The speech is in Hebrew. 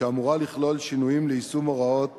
שאמורה לכלול שינויים ליישום הוראות